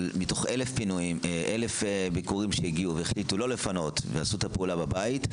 מתוך אלף ביקורים שהגיעו והחליטו לא לפנות ולעשות את הפעולה בבית,